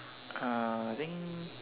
uh I think